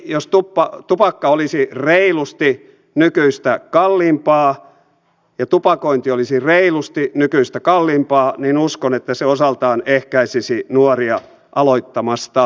jos tupakka olisi reilusti nykyistä kalliimpaa ja tupakointi olisi reilusti nykyistä kalliimpaa niin uskon että se osaltaan ehkäisisi nuoria aloittamasta tupakoimista